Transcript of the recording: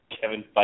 Kevin